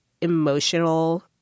emotional